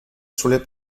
sulle